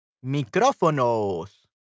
Micrófonos